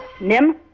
Nim